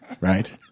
Right